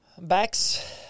Backs